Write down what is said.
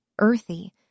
earthy